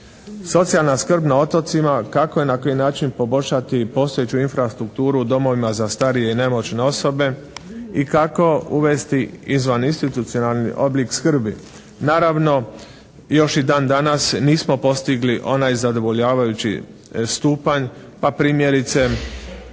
Socijalna skrb na otocima kako i na koji način poboljšati postojeću infrastrukturu u domovima za starije i nemoćne osobe i kako uvesti izvaninstitucionalni oblik skrbi. Naravno još i dan danas nismo postigli onaj zadovoljavajući stupanj pa primjerice